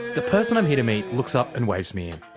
the person i'm here to meet looks up and waves me in.